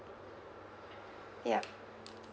yup